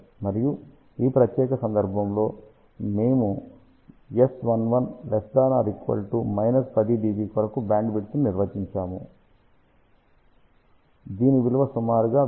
మరియు ఈ ప్రత్యేక సందర్భంలో మేము S11≤ 10 dB కొరకు బ్యాండ్విడ్త్ను నిర్వచించాము 11 దీని విలువ సుమారుగా VSWR 2 కి సమానము